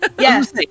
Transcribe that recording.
Yes